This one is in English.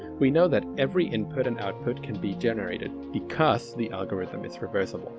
we know that every input and output can be generated because the algorithm is reversible